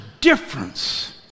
difference